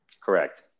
Correct